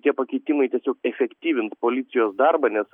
tie pakeitimai tiesiog efektyvins policijos darbą nes